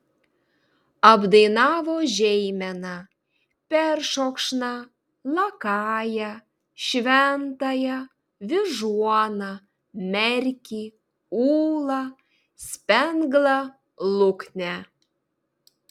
apdainavo žeimeną peršokšną lakają šventąją vyžuoną merkį ūlą spenglą luknę